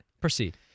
Proceed